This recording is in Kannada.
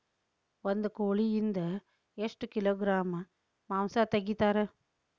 ಒಂದು ಕೋಳಿಯಿಂದ ಎಷ್ಟು ಕಿಲೋಗ್ರಾಂ ಮಾಂಸ ತೆಗಿತಾರ?